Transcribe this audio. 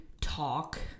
talk